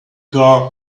car